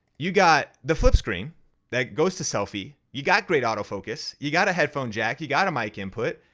you got the flip screen that goes to selfie, you got great, autofocus you got a headphone jack, you got a mic input,